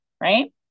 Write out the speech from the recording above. right